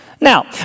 Now